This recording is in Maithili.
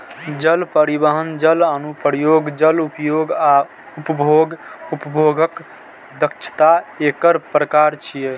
जल परिवहन, जल अनुप्रयोग, जल उपयोग आ उपभोग्य उपयोगक दक्षता एकर प्रकार छियै